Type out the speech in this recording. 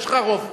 יש לך רוב פה,